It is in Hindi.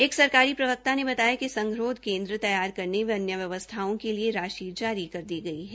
एक सरकारी प्रवक्ता ने बताया कि संगरोध केन्द्र तैयार करने व अन्य व्यवस्थाओं के लिए राशि जारी कर दी गई है